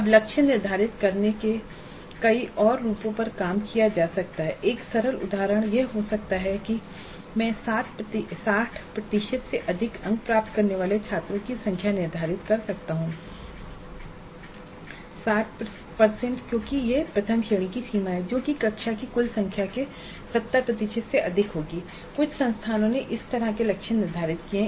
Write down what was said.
अब लक्ष्य निर्धारित करने के कई और रूपों पर काम किया जा सकता है एक सरल उदाहरण यह हो सकता है कि मैं ६० प्रतिशत से अधिक अंक प्राप्त करने वाले छात्रों की संख्या निर्धारित कर सकता हूं ६० प्रतिशत क्योंकि यह प्रथम श्रेणी की सीमा है जो की कक्षा की कुल संख्या के ७० प्रतिशत से अधिक होगी कुछ संस्थानों ने इस तरह के लक्ष्य निर्धारित किए हैं